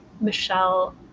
michelle